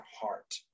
heart